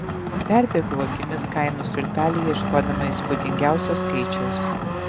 perbėgau akimis kainų stulpelį ieškodama įspūdingiausio skaičiaus